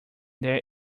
there